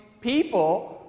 people